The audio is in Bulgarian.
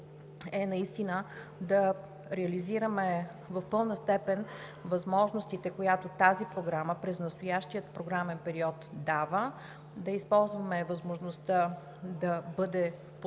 важно да реализираме в пълна степен възможностите, които дава тази програма през настоящия програмен период, да използваме възможността да бъде подпомогната